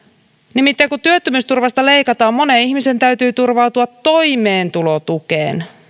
nimittäin kun työttömyysturvasta leikataan monen ihmisen täytyy turvautua toimeentulotukeen